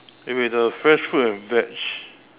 eh wait the fresh food and veg